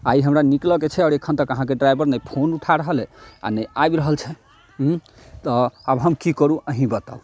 आइ हमरा निकलऽके छै आओर एखन तक अहाँके ड्राइवर नहि फोन उठा रहल अइ आओर नहि आबि रहल छै तऽ आब हम की करू अहीँ बताउ